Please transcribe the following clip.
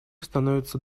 становится